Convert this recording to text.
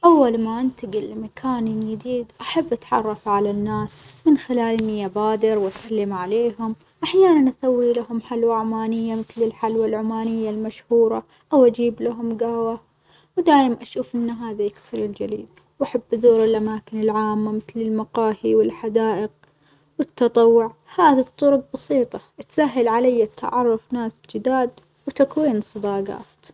أول ما انتجل لمكان يديد أحب إني أتعرف على الناس من خلال إني أبادر وأسلم عليهم، أحيانًا أسوي لهم حلوى عمانية مثل الحلوى العمانية المشهورة، أو أجيب لهم جهوة ودايم أشوف إن هذا يكسر الجليد، وأحب أزور الأماكن العامة مثل المقاهي والحدائق والتطوع، هذي الطرج بسيطة تسهل عليا التعرف ناس جداد وتكوين صداجات.